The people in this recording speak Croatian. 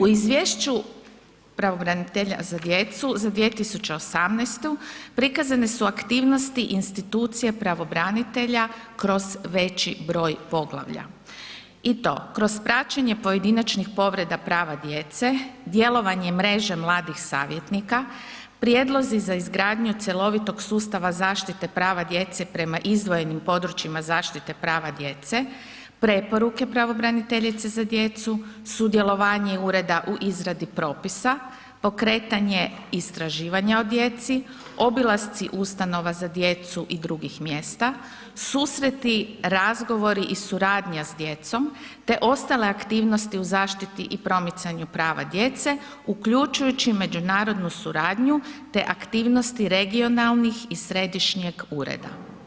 U izviješću pravobranitelja za djecu za 2018. prikazane su aktivnosti institucije pravobranitelja kroz veći broj poglavlja i to kroz praćenje pojedinačnih povreda prava djece, djelovanje mreže mladih savjetnika, prijedlozi za izgradnju cjelovitog sustava zaštite prava djece prema izdvojenim područjima zaštite prava djece, preporuke pravobraniteljice za djecu, sudjelovanje ureda u izradi propisa, pokretanje istraživanja o djeci, obilasci ustanova za djecu i dr. mjesta, susreti, razgovori i suradnja s djecom te ostale aktivnosti u zaštiti i promicanju prava djece uključujući međunarodnu suradnju te aktivnosti regionalnih i središnjeg ureda.